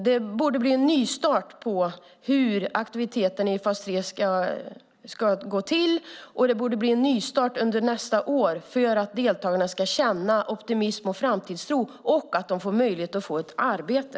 Det borde bli en nystart på hur aktiviteten i fas 3 ska gå till, och det borde bli en nystart under nästa år för att deltagarna ska känna optimism och framtidstro och få möjlighet att få ett arbete.